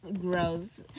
gross